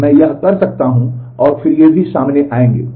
तो मैं यह कर सकता हूं और फिर ये भी सामने आएंगे